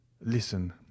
listen